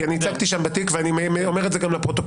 כי אני ייצגתי שם בתיק ואני אומר את זה גם לפרוטוקול,